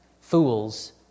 Fools